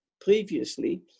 previously